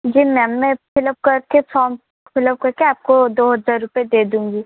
जी ma'am मैं fill up कर के फ़ोम फिल अप कर के आपको दो हज़ार रुपये दे दूँगी